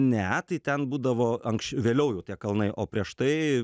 ne tai ten būdavo anksč vėliau jau tie kalnai o prieš tai